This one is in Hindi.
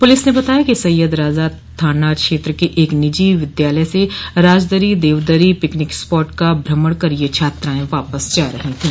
पुलिस ने बताया कि सैय्यद राजा थाना क्षेत्र के एक निजी विद्यालय से राजदरी देवदरी पिकनिक स्पॉट का भ्रमण कर ये छात्राएं वापस जा रही थीं